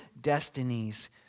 destinies